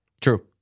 True